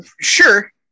Sure